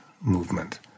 movement